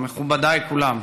מכובדיי כולם,